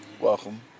Welcome